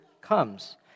comes